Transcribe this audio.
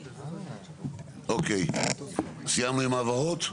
אוקי, סיימנו עם ההברות?